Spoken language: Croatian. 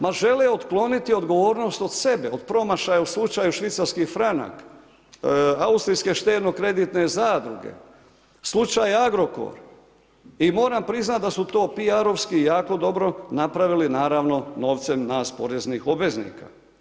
Ma žele otkloniti odgovornost od sebe, od promašaja u slučaju švicarski franak, austrijske štedno-kreditne zadruge, slučaj Agrokor i moram priznat da su to PR-ovski jako dobro napravili jako dobro novcem nas poreznih obveznika.